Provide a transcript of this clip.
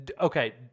okay